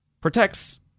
protects